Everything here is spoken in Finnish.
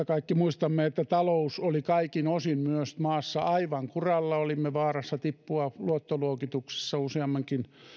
kaikki muistamme että silloin kaksituhattaviisitoista talous maassa oli kaikin osin myös aivan kuralla olimme vaarassa tippua luottoluokituksessa useammankin